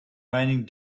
raining